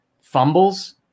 fumbles